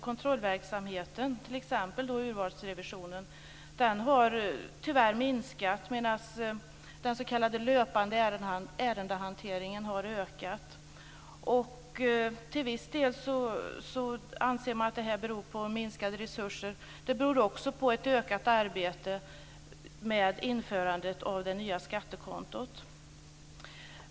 Kontrollverksamheten, t.ex. urvalsrevisionen, har tyvärr minskat medan den s.k. löpande ärendehanteringen har ökat. Till viss del anser man att det beror på minskade resurser. Det beror också på ett ökat arbete med införandet av det nya skattekontot.